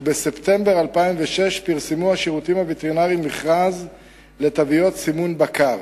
ובספטמבר 2006 פרסמו השו"ט מכרז לתוויות סימון בקר.